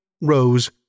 Rose